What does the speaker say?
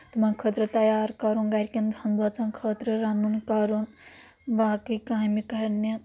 تِمَن خٲطرٕ تیار کرُن گرِکؠن ہِندۍ بٲژَن خٲطرٕ رَنُن کَرُن باقٕے کامہِ کرنہِ